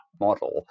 model